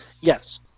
Yes